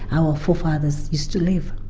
our forefathers used to live